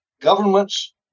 Governments